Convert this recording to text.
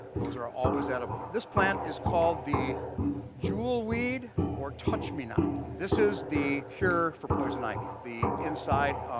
those are always edible. this plant is called the jewel weed, or touch me not. this is the cure for poison ivy, the inside,